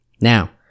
Now